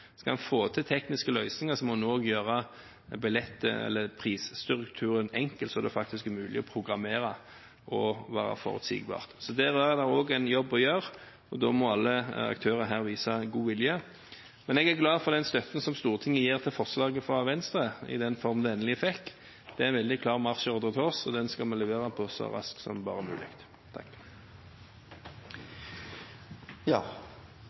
Skal man få til tekniske løsninger, må man gjøre prisstrukturen enkel, så det faktisk er mulig å programmere – og forutsigbart. Her er det en jobb å gjøre, og da må alle aktørene vise god vilje. Men jeg er glad for den støtten Stortinget gir til forslaget fra Venstre – i den formen det endelig fikk. Det er en veldig klar marsjordre til oss, og den skal vi levere på som raskt som mulig.